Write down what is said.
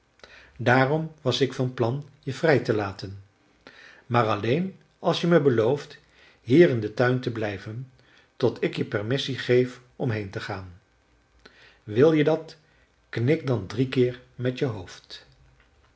daarom was ik van plan je vrij te laten maar alleen als je me belooft hier in den tuin te blijven tot ik je permissie geef om heen te gaan wil je dat knik dan drie keer met je hoofd